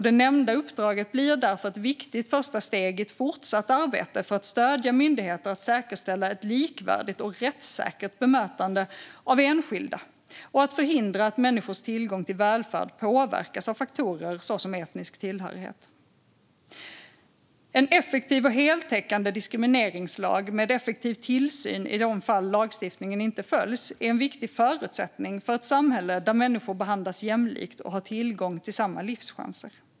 Det nämnda uppdraget blir därför ett viktigt första steg i ett fortsatt arbete för att stödja myndigheter att säkerställa ett likvärdigt och rättssäkert bemötande av enskilda och att förhindra att människors tillgång till välfärd påverkas av faktorer såsom etnisk tillhörighet. En effektiv och heltäckande diskrimineringslag med en effektiv tillsyn i de fall lagstiftningen inte följs är en viktig förutsättning för ett samhälle där människor behandlas jämlikt och har tillgång till samma livschanser.